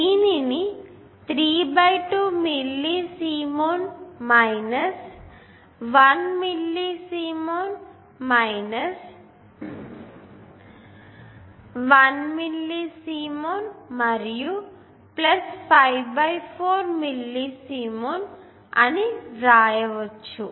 దీనిని 32 millisiemens 1 millisiemens 1 millisiemens మరియు 5 4 millisiemens అని వ్రాయవచ్చు